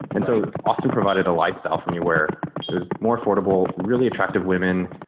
and so austin provided a lifestyle for me where it was more affordable, really attractive women,